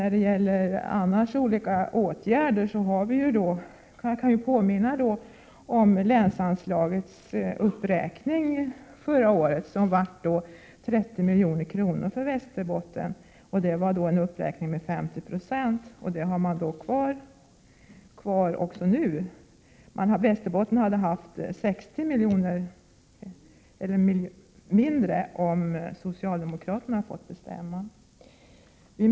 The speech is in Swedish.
I fråga om olika åtgärder kan jag påminna om uppräkningen förra året av länsanslagen, som blev 30 milj.kr. för Västerbottens del. Det var en uppräkning med 50 26, och den uppräkningen har man kvar också nu. Västerbotten hade haft 60 milj.kr. mindre om socialdemokraterna hade fått bestämma.